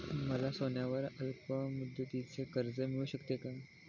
मला सोन्यावर अल्पमुदतीचे कर्ज मिळू शकेल का?